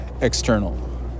external